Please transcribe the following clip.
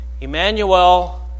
Emmanuel